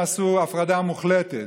הם עשו הפרדה מוחלטת: